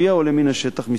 כפי שעולה מן השטח,